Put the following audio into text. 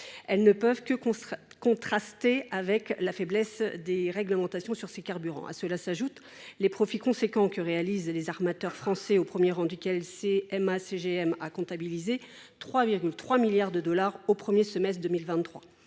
Elles ne peuvent que contraster avec la faiblesse des réglementations sur ces carburants. À cela s’ajoutent les profits substantiels que réalisent les armateurs français, au premier rang desquels figure CMA CGM, qui a comptabilisé 3,3 milliards de dollars de recettes au premier semestre 2023.